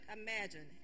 imagine